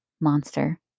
monster